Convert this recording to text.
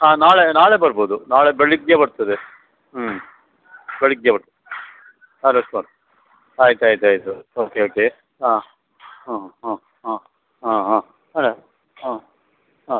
ಹಾಂ ನಾಳೆ ನಾಳೆ ಬರ್ಬಹುದು ನಾಳೆ ಬೆಳಗ್ಗೆ ಬರ್ತದೆ ಹ್ಞೂ ಬೆಳಗ್ಗೆ ಬರ್ತದೆ ಅದಷ್ಟು ಮಾಡಿ ಆಯ್ತು ಆಯ್ತು ಆಯಿತು ಓಕೆ ಓಕೆ ಹಾಂ ಹ್ಞೂ ಹ್ಞೂ ಹ್ಞೂ ಹಾಂ ಹಾಂ ಹಾಂ ಹಾಂ ಹಾಂ